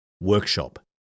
workshop